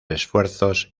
esfuerzos